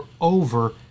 over